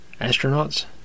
astronauts